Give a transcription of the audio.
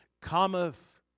cometh